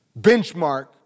benchmark